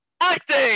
Acting